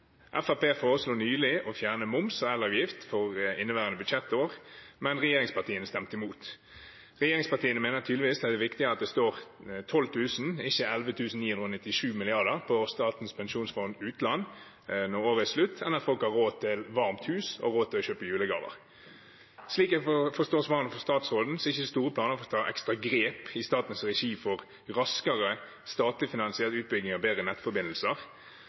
foreslo nylig å fjerne moms og elavgift for inneværende budsjettår, men regjeringspartiene stemte imot. Regjeringspartiene mener tydeligvis det er viktig at det står 12 000 mrd. kr og ikke 11 997 mrd. kr på Statens pensjonsfond utland når året er slutt, enn at folk har råd til varmt hus og råd til å kjøpe julegaver. Slik jeg forstår svarene fra statsråden, er det ikke store planer om å ta ekstra grep i statens regi for raskere statlig finansiert utbygging av bedre nettforbindelser,